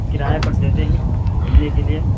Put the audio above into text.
کرایے پر دیتے ہیں گھومنے کے لیے